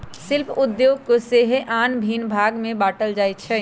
शिल्प उद्योग के सेहो आन भिन्न भाग में बाट्ल जाइ छइ